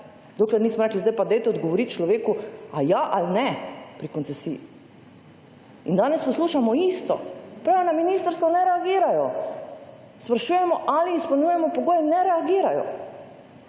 dokler nismo rekli, sedaj pa dajte odgovoriti človeku ali ja ali ne pri koncesiji. In danes poslušamo isto. Pa na ministrstvu ne reagirajo. Sprašujemo, ali izpolnjujemo pogoje, ne reagirajo.